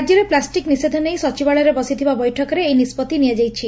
ରାଜ୍ୟରେ ପ୍ଲାଷ୍ଟିକ୍ ନିଷେଧ ନେଇ ସଚିବାଳୟରେ ବସିଥିବା ବୈଠକରେ ଏହି ନିଷ୍ବତି ନିଆଯାଇଛି